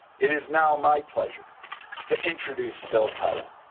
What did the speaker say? it is now my pleasure to introduce phil powell.